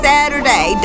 Saturday